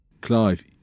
Clive